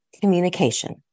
communication